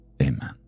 amen